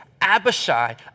Abishai